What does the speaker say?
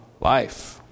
life